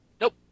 Nope